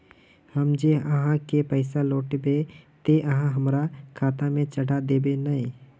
हम जे आहाँ के पैसा लौटैबे ते आहाँ हमरा खाता में चढ़ा देबे नय?